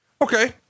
Okay